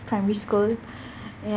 primary school ya